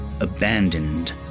abandoned